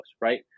right